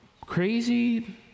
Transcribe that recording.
crazy